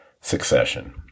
Succession